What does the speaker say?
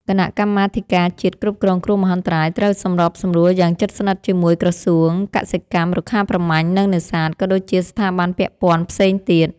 គណៈកម្មាធិការជាតិគ្រប់គ្រងគ្រោះមហន្តរាយត្រូវសម្របសម្រួលយ៉ាងជិតស្និទ្ធជាមួយក្រសួងកសិកម្ម រុក្ខាប្រមាញ់ និងនេសាទ ក៏ដូចជាស្ថាប័នពាក់ព័ន្ធផ្សេងទៀត។